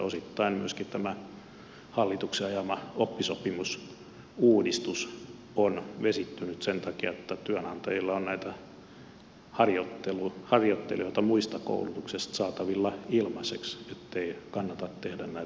osittain myöskin tämä hallituksen ajama oppisopimusuudistus on vesittynyt sen takia että työnantajilla on näitä harjoittelijoita muusta koulutuksesta saatavilla ilmaiseksi niin ettei kannata tehdä näitä oppisopimussitoumuksia